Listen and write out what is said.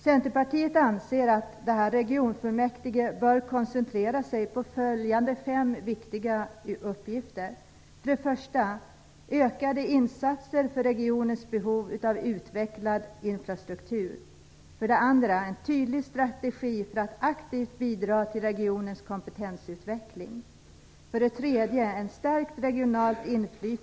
Centerpartiet anser att detta regionfullmäktige bör koncentrera sig på följande fem viktiga uppgifter: 2. Tydlig strategi för att aktivt bidra till regionens kompetensutveckling. 4.